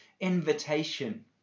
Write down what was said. invitation